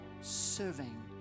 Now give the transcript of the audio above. serving